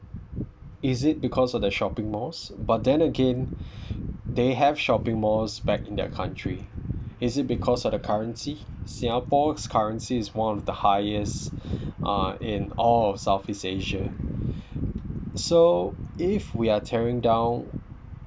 is it because of the shopping malls but then again they have shopping malls back in their country is it because of the currency singapore's currency is one of the highest uh in all of south east asia so if we are tearing down